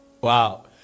Wow